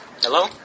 Hello